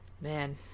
man